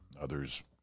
Others